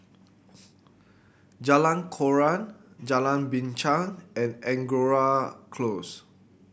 Jalan Koran Jalan Binchang and Angora Close